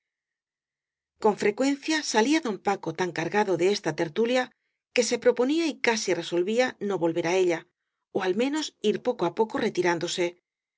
con frecuencia calía don paco tan cargado de esta tertulia que se proponía y casi resolvía no vol ver á ella ó al menos ir poco á poco retirándose